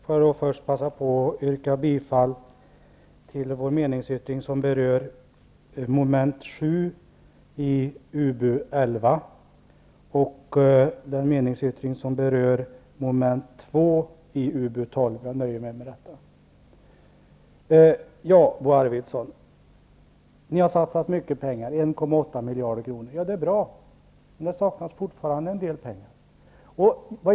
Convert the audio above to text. Fru talman! Jag vill först yrka bifall till vår meningsyttring som berör mom. 7 i UbU11 och den meningsyttring som berör mom. 2 i UbU12. Jag nöjer mig med detta. Bo Arvidson, ni har satsat mycket pengar, 1,8 miljarder. Det är bra, men det saknas fortfarande en del.